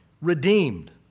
Redeemed